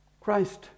Christ